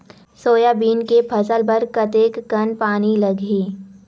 Soybean के फसल बर कतेक कन पानी लगही?